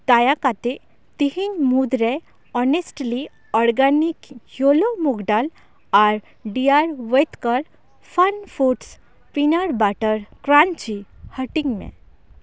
ᱫᱟᱭᱟ ᱠᱟᱛᱮ ᱛᱤᱦᱤᱧ ᱢᱩᱫᱽᱨᱮ honestly organic yellow moong dal ᱟᱨ Dr Oetker Funfoods peanut butter crunchy ᱦᱟᱹᱴᱤᱧ ᱢᱮ